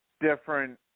different